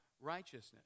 righteousness